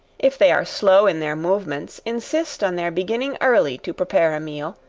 if they are slow in their movements, insist on their beginning early to prepare a meal,